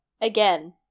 again